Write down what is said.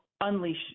unleash